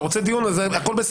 אתה רוצה דיון, אז הכול בסדר.